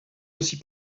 aussi